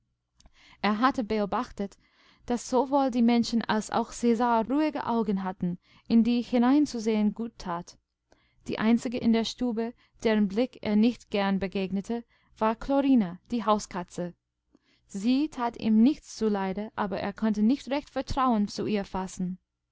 er hatte beobachtet daß sowohl die menschen als auch cäsar ruhige augen hatten in die hineinzusehen gut tat die einzige in der stube deren blick er nichtgernbegegnete warklorina diehauskatze sietatihmnichtszuleide aber er konnte nicht recht vertrauen zu ihr fassen